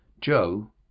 joe